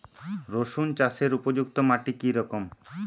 রুসুন চাষের উপযুক্ত মাটি কি রকম?